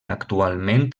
actualment